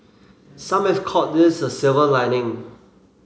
some have called this a silver lining